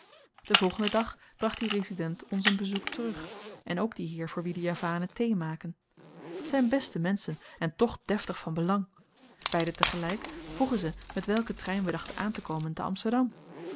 den volgenden dag bracht die resident ons een bezoek terug en ook die heer voor wien de javanen thee maken t zyn beste menschen en toch deftig van belang beiden tegelyk vroegen zy met welken trein we dachten aantekomen te amsterdam